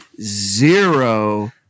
zero